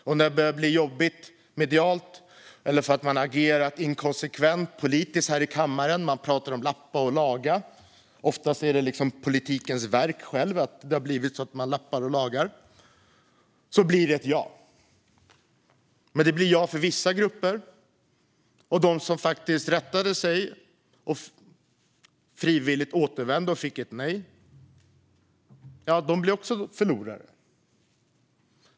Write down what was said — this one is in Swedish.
Och när det börjar bli jobbigt medialt eller därför att det har varit ett inkonsekvent politiskt agerande här i kammaren - man pratar om att lappa och laga, vilket oftast är politikens eget verk - blir det ett ja. Men det blir ja för vissa grupper. De som faktiskt rättade sig efter ett nej och frivilligt återvände blir förlorare.